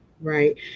right